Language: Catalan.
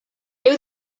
heu